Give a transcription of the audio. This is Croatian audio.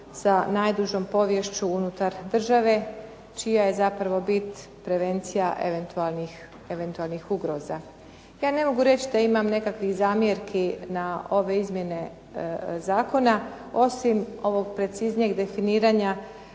sa najdužom poviješću unutar države čija je zapravo bit prevencija eventualnih ugroza. Ja ne mogu reći da imam nekakvih zamjerki na ove izmjene zakona, osim ovog preciznijeg definiranja